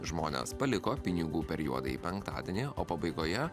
žmonės paliko pinigų per juodąjį penktadienį o pabaigoje